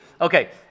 Okay